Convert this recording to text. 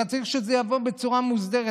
אלא צריך שזה יבוא בצורה מוסדרת.